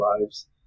lives